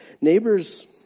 Neighbors